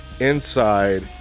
inside